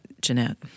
Jeanette